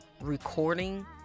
recording